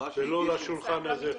זה לא לשולחן הזה,